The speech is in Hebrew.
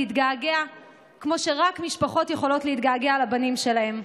להתגעגע כמו שרק משפחות יכולות להתגעגע לבנים שלהן.